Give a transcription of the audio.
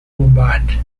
bad